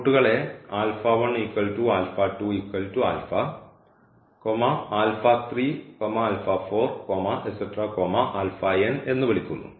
റൂട്ടുകളെ എന്നു വിളിക്കുന്നു